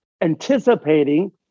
anticipating